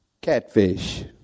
Catfish